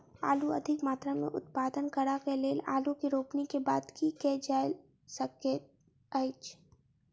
आलु अधिक मात्रा मे उत्पादन करऽ केँ लेल आलु केँ रोपनी केँ बाद की केँ कैल जाय सकैत अछि?